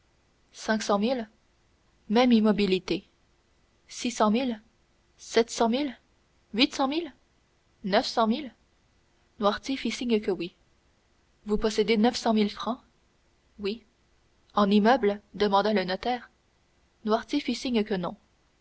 même immobilité six cent mille sept cent mille huit cent mille neuf cent mille noirtier fit signe que oui vous possédez neuf cent mille francs oui en immeubles demanda le notaire noirtier fit signe que non